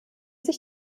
sich